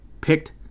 picked